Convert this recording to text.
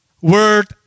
word